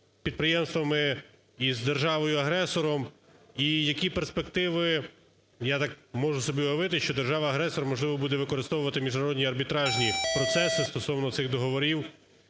підприємствами і з державою-агресором, і які перспективи? Я так можу собі уявити, що держава-агресор, можливо, буде використовувати міжнародні арбітражні процеси стосовно цих договорів.